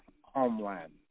homeland